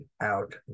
out